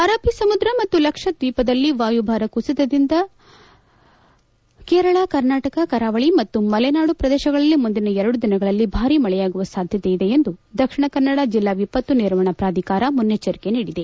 ಅರಬ್ಬಿ ಸಮುದ್ರ ಮತ್ತು ಲಕ್ಷದ್ವೀಪದಲ್ಲಿ ವಾಯುಭಾರ ಕುಸಿತದಿಂದ ಕೇರಳ ಕರ್ನಾಟಕ ಕರಾವಳಿ ಮತ್ತು ಮಲೆನಾಡು ಪ್ರದೇಶಗಳಲ್ಲಿ ಮುಂದಿನ ಎರಡು ದಿನಗಳಲ್ಲಿ ಭಾರೀ ಮಳೆಯಾಗುವ ಸಾಧ್ಯತೆ ಇದೆ ಎಂದು ದಕ್ಷಿಣ ಕನ್ನಡ ಜಿಲ್ಲಾ ವಿಪತ್ತು ನಿರ್ವಹಣಾ ಪ್ರಾಧಿಕಾರ ಮುನ್ನೆಚ್ದರಿಕೆ ನೀಡಿದೆ